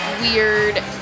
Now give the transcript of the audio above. weird